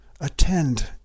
attend